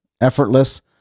Effortless